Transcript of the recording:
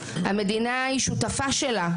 המדינה היא שותפה שלה,